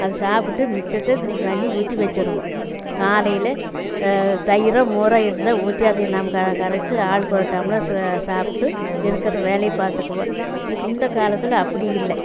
அது சாப்பிட்டு மிச்சத்தை தண்ணி ஊற்றி வச்சுருவோம் காலையில் தயிர் மோர் இருந்தால் ஊற்றி அதை நமக்கு கரச்சு ஆளுக்கொரு டம்ளர் சாப்ட்டு இருக்கிற வேலையை பார்த்துக்குவோம் இந்த காலத்தில் அப்படி இல்லை